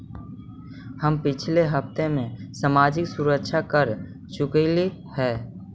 हम पिछले हफ्ते ही सामाजिक सुरक्षा कर चुकइली हे